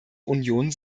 union